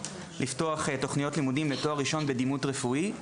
לפתוח תכניות לימודים לתואר ראשון בדימות רפואי,